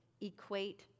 equate